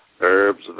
herbs